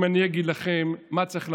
אם אני אגיד לכם מה צריך לעשות,